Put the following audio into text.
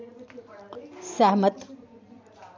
सैह्मत